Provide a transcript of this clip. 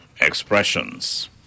Expressions